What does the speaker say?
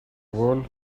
wall